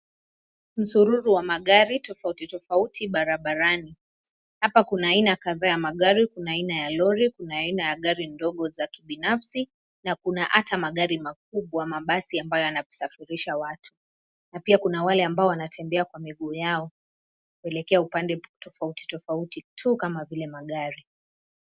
Msururu wa magari tofauti tofauti barabarani. Hapa kuna aina kadhaa ya magari, kuna: aina ya lori, kuna aina ya gari ndogo za kibinafsi na kuna hata makubwa, mabasi ambayo yanasafirisha watu na pia kuna wale wanatembea kwa miguu yao, kuelekea upande tofauti tofauti, tu kama vile magari.